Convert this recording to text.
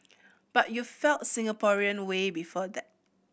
but you felt Singaporean way before that